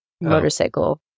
motorcycle